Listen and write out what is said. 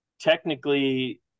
Technically